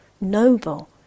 noble